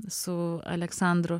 su aleksandru